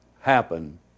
happen